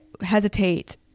hesitate